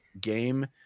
game